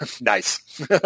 Nice